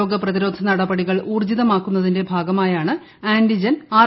രോഗപ്രതിരോധ നടപടികൾ ഊർജിതമാക്കുന്നതിന്റെ ഭാഗമായാണ് ആന്റിജൻ ആർ